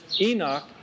Enoch